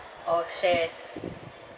orh shares